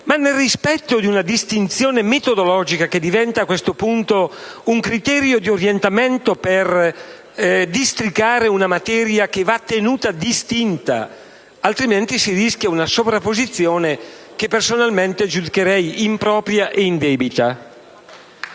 ma nel rispetto di una distinzione metodologica che diventa a questo punto un criterio di orientamento per districare una materia che va tenuta distinta; altrimenti si rischia una sovrapposizione, che personalmente giudicherei impropria e indebita.